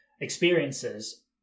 experiences